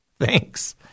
Thanks